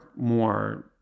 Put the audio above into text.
more